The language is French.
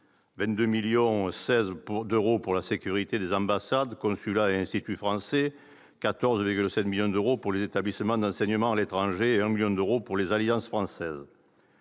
22,16 millions d'euros pour la sécurité des ambassades, consulats et instituts français ; 14,7 millions d'euros pour les établissements d'enseignement à l'étranger ; 1 million d'euros pour les Alliances françaises.